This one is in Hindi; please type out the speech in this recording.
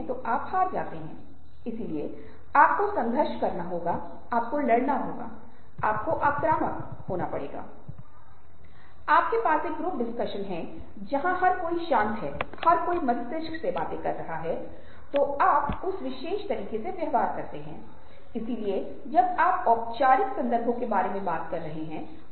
अब आप देखते हैं कि जैसा कि मैंने आपको बताया आप कह सकते हैं कि खुशी स्वयं से जुड़ी है जो बहुत हद तक सच है लेकिन जैसा कि मैंने आपको बताया कि खुशी दूसरों से साझा करने दूसरों के बारे में साझा करने दूसरों की परिप्रेक्ष्य से अनुभव करने से भी जुड़ी है